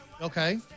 Okay